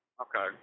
Okay